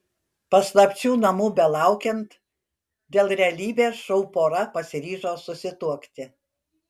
paslapčių namų belaukiant dėl realybės šou pora pasiryžo susituokti